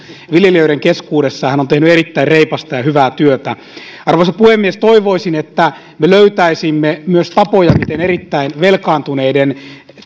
viljelijöiden keskuudessa hän on tehnyt erittäin reipasta ja hyvää työtä arvoisa puhemies toivoisin että me löytäisimme myös tapoja miten erittäin velkaantuneiden